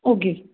okay